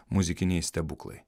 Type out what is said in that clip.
muzikiniai stebuklai